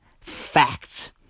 facts